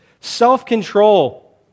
Self-control